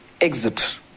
exit